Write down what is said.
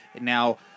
Now